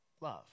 love